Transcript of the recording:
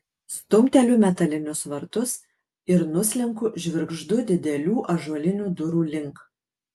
stumteliu metalinius vartus ir nuslenku žvirgždu didelių ąžuolinių durų link